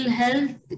health